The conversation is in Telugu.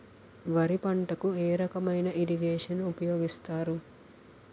వరి పంటకు ఏ రకమైన ఇరగేషన్ ఉపయోగిస్తారు?